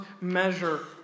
measure